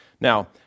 now